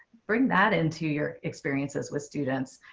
bring that into your experiences with students,